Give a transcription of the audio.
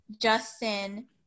justin